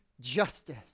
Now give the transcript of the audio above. justice